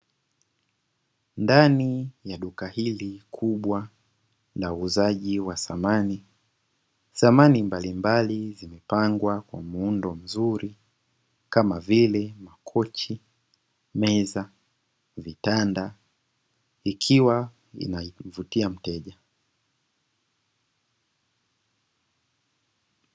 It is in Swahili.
Ndani ya duka hili kubwa la uuzaji wa samani, samani mbalimbali zimepangwa kwa muundo mzuri kama vile kochi, meza, vitanda, ikiwa vinamvutia mteja.